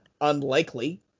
Unlikely